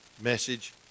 message